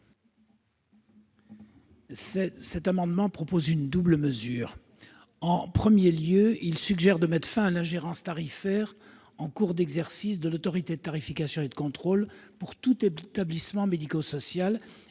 visent à introduire une double mesure. En premier lieu, il s'agit de mettre fin à l'ingérence tarifaire en cours d'exercice de l'autorité de tarification et de contrôle pour tout établissement médico-social, et non plus